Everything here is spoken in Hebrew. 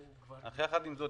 אך יחד עם זאת,